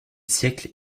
siècle